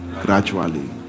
Gradually